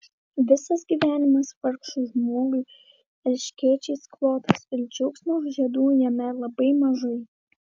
visas gyvenimas vargšui žmogui erškėčiais klotas ir džiaugsmo žiedų jame labai mažai